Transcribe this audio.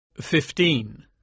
Fifteen